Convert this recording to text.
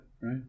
Right